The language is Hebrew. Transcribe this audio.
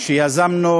שיזמנו